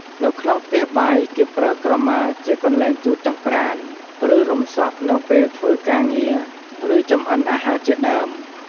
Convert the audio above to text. នៅក្នុងផ្ទះបាយ គេប្រើក្រមាជា កន្លែងជូតចង្រ្កាន ឬ រំសក់នៅពេលធ្វើការងារ ឬ ចម្អិនអាហារជាដើម។